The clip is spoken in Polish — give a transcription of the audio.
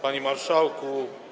Panie Marszałku!